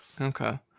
okay